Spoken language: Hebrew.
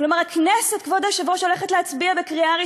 כלומר הכנסת, כבוד היושב-ראש,